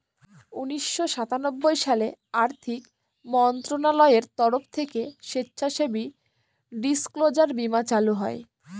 উনিশশো সাতানব্বই সালে আর্থিক মন্ত্রণালয়ের তরফ থেকে স্বেচ্ছাসেবী ডিসক্লোজার বীমা চালু হয়